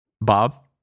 Bob